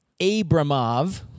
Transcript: Abramov